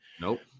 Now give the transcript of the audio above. Nope